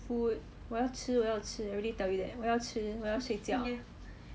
food 我要吃我要吃 already tell you that 我要吃我要睡觉